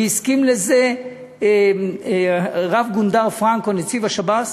והסכים לזה רב-גונדר פרנקו, נציב השב"ס,